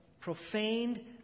profaned